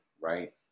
right